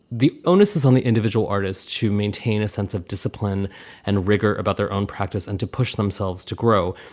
the onus is on the individual artist to maintain a sense of discipline and rigor about their own practice and to push themselves to grow.